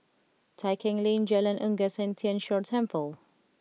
Tai Keng Lane Jalan Unggas and Tien Chor Temple